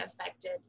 affected